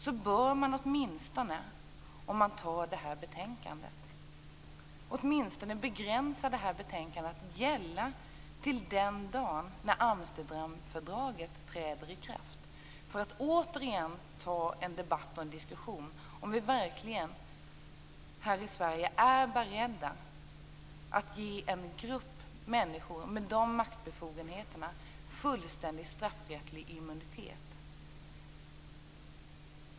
Då bör man, om man antar detta betänkande, åtminstone begränsa det till att gälla till den dag då Amsterdamfördraget träder i kraft. Man bör återigen ta en debatt och en diskussion om huruvida vi verkligen här i Sverige är beredda att ge en grupp människor med dessa maktbefogenheter fullständig straffrättslig immunitet.